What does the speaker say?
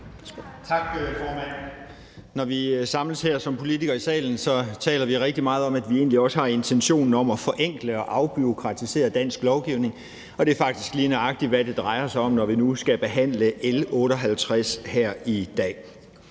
Tak, formand. Når vi samles som politikere her i salen, taler vi rigtig meget om, at vi egentlig også har intentionen om at forenkle og afbureaukratisere dansk lovgivning, og det er faktisk lige nøjagtig, hvad det drejer sig om, når vi nu skal behandle L 158 her i dag.